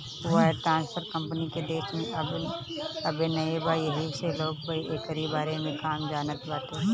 wire transfer हमनी के देश में अबे नया बा येही से लोग एकरी बारे में कम जानत बाटे